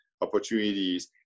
opportunities